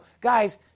Guys